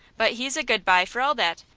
but he's a good bye for all that,